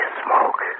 smoke